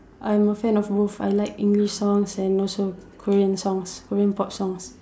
I'm a fan of both I like English songs and also Korean songs Korean pop songs